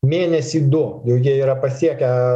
mėnesį du jau jie yra pasiekę